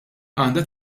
għandha